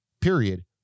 period